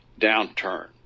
downturn